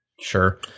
Sure